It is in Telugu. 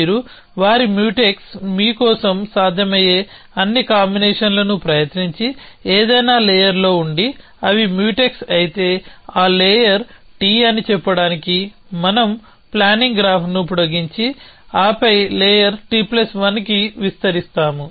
మీరు వారి మ్యూటెక్స్ మీ కోసం సాధ్యమయ్యే అన్ని కాంబినేషన్లను ప్రయత్నించి ఏదైనా లేయర్లో ఉండి అవి మ్యూటెక్స్ అయితే ఆ లేయర్ T అని చెప్పడానికి మనం ప్లానింగ్ గ్రాఫ్ను పొడిగించి ఆపై లేయర్ T1 కి విస్తరిస్తాము